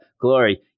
Glory